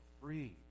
free